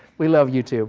we love you tube.